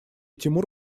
тимур